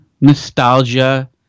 nostalgia